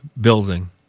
building